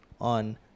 on